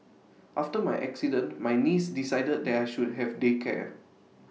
after my accident my niece decided that I should have day care